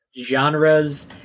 genres